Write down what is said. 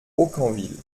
aucamville